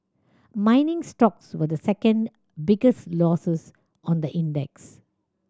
mining stocks were the second biggest losers on the index